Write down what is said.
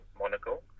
Monaco